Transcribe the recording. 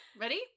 Ready